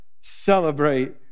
celebrate